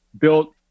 built